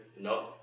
No